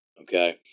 Okay